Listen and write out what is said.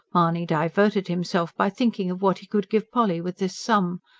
mahony diverted himself by thinking of what he could give polly with this sum.